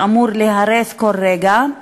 שאמור להיהרס כל רגע,